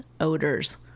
odors